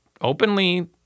Openly